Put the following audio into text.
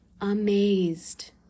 Amazed